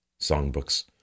songbooks